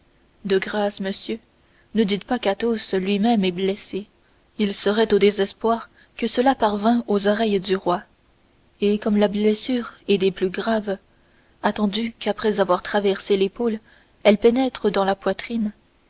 de grâce monsieur ne dites pas qu'athos lui-même est blessé il serait au désespoir que cela parvint aux oreilles du roi et comme la blessure est des plus graves attendu qu'après avoir traversé l'épaule elle pénètre dans la poitrine